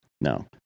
no